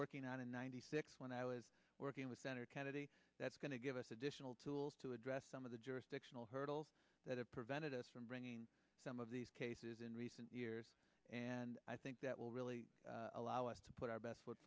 working on in ninety six when i was working with senator kennedy that's going to give us additional tools to address some of the jurisdictional hurdles that have prevented us from bringing some of these cases in recent years and i think that will really allow us to put our best foot